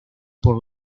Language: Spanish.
por